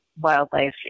wildlife